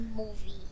movie